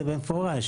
במפורש